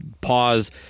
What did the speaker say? pause